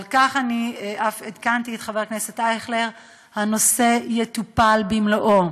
על כך אני אף עדכנתי את חבר הכנסת אייכלר הנושא יטופל במלואו.